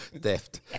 Deft